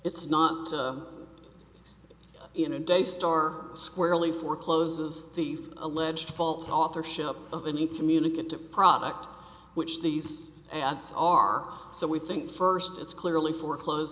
it's not in a day star squarely forecloses the alleged false authorship of a new communicative product which these ads are so we think first it's clearly foreclose